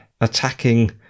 attacking